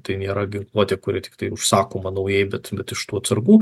tai nėra ginkluotė kuri tiktai užsakoma naujai bet bet iš tų atsargų